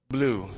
Blue